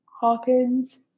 Hawkins